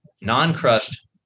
non-crushed